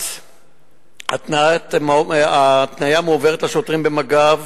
ההקניה מועברת לשוטרים במג"ב,